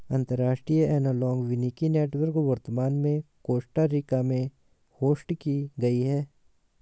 अंतर्राष्ट्रीय एनालॉग वानिकी नेटवर्क वर्तमान में कोस्टा रिका में होस्ट की गयी है